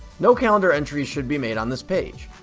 no calendar entries should be made on this page.